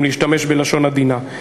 אם להשתמש בלשון עדינה.